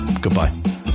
Goodbye